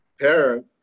parent